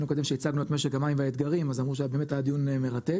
הקודם שהצגנו את משק המים והאתגרים זה היה דיון מרתק.